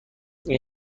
این